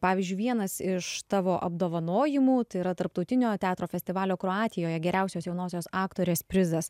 pavyzdžiui vienas iš tavo apdovanojimų tai yra tarptautinio teatro festivalio kroatijoje geriausios jaunosios aktorės prizas